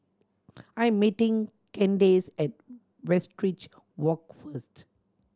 I'm meeting Candace at Westridge Walk first